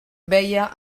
veia